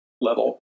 level